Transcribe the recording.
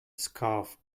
scarf